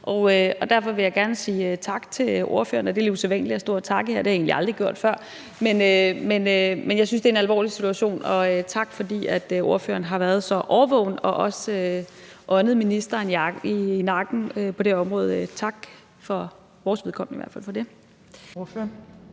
og derfor vil jeg gerne sige tak til ordføreren. Det er lidt usædvanligt at stå og takke her. Det har jeg egentlig aldrig gjort før, men jeg synes, det er en alvorlig situation, og tak, fordi ordføreren har været så årvågen og også åndet ministeren i nakken på det område. Tak for det, i hvert fald for